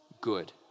good